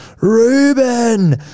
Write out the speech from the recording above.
Ruben